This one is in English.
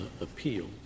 appeal